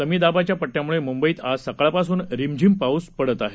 कमी दाबाच्या पट्टयामुळे मुंबईत आज सकाळपासून रिमझिम पाऊस पडत आहे